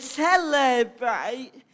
celebrate